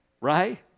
Right